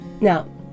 Now